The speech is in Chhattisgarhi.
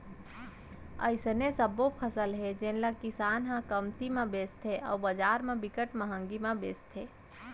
अइसने सबो फसल हे जेन ल किसान ह कमती म बेचथे अउ बजार म बिकट मंहगी म बेचाथे